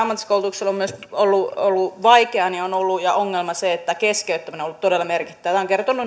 ammatillisessa koulutuksessa on myös ollut ollut vaikeaa ja ongelma on se että keskeyttäminen on ollut todella merkittävää mikä on kertonut